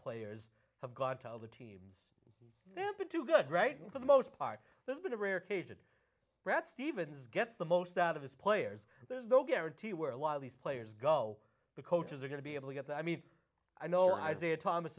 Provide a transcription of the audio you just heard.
players have god tell the team they have been too good right now for the most part there's been a rare occasion brad stevens gets the most out of his players there's no guarantee where a lot of these players go the coaches are going to be able to get to i mean i know i say a thomas